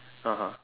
(uh huh)